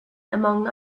among